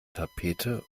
tapete